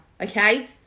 okay